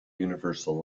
universal